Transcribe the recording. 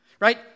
Right